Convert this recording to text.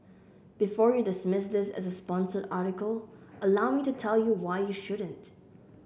before you dismiss this as a sponsored article allow me to tell you why you shouldn't